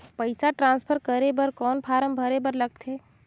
पईसा ट्रांसफर करे बर कौन फारम भरे बर लगथे?